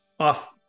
off